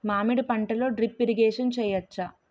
మామిడి పంటలో drip irrigation చేయచ్చా?